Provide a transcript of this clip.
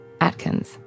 Atkins